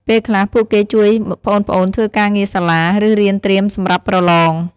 ពេលខ្លះ ពួកគេជួយប្អូនៗធ្វើការងារសាលា ឬរៀនត្រៀមសម្រាប់ប្រឡង។